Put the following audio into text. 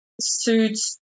suits